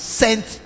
sent